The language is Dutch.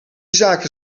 zaken